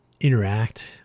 interact